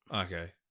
Okay